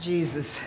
Jesus